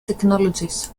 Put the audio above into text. technologies